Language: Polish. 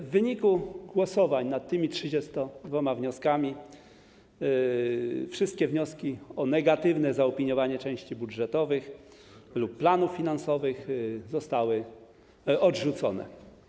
W wyniku głosowań nad tymi 32 wnioskami wszystkie wnioski o negatywne zaopiniowanie części budżetowych lub planów finansowych zostały odrzucone.